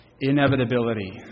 inevitability